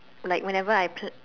like whenever I plan